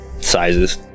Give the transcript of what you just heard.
sizes